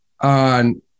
on